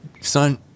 son